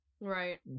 Right